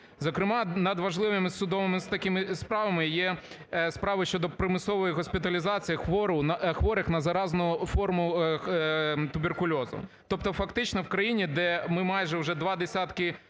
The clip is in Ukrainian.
Зокрема надважливими судовими такими справами є справи щодо примусової госпіталізації хворих на заразну форму туберкульозу. Тобто фактично в країні, де ми майже вже два десятки